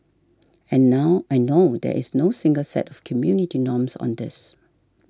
and now and no there is no single set of community norms on this